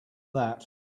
that